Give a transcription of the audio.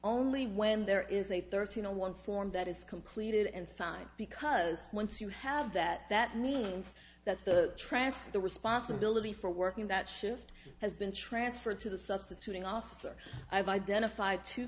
only when there is a thirteen on one form that is completed and signed because once you have that that means that the transfer the responsibility for working that shift has been transferred to the substituting officer i've identified two